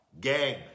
Gang